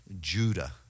Judah